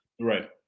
Right